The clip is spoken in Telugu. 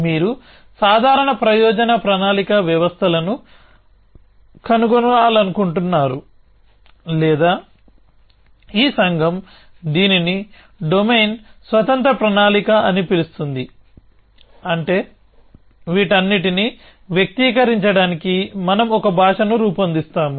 మీరు సాధారణ ప్రయోజన ప్రణాళికా వ్యవస్థలను కనుగొనాలనుకుంటున్నారు లేదా ఈ సంఘం దీనిని డొమైన్ స్వతంత్ర ప్రణాళిక అని పిలుస్తుంది అంటే వీటన్నింటిని వ్యక్తీకరించడానికి మనం ఒక భాషను రూపొందిస్తాము